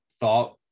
thought